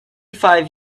five